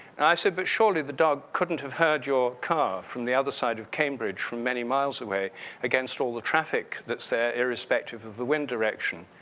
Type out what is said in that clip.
and i said, but surely the dog couldn't have heard your car from the other side of cambridge, from many miles away against all the traffic that's there, irrespective of the wind direction.